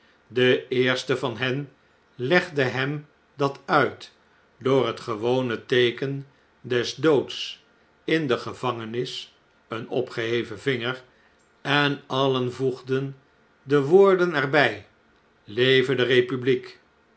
de eerste van hen legde hem dat uit door het gewone teeken des doods in de gevangenis een opgeheven vinger en alien voegden de woorden er bij leve de republiek